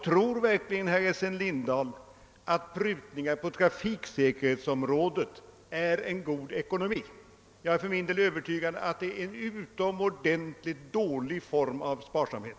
Tror verkligen herr Essen Lindahl att prutningar på trafiksäkerhetsområdet är god ekonomi? Jag är för min del övertygad om att det är en utomordentligt dålig form av sparsamhet.